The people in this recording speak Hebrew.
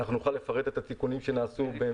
נוכל לפרט את התיקונים שנעשו.